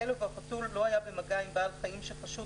הכלב או החתול לא היה במגע עם בעל חיים שחשוד